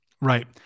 Right